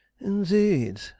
Indeed